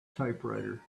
typewriter